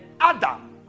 Adam